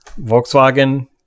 Volkswagen